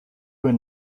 were